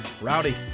Rowdy